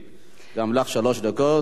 אדוני היושב-ראש,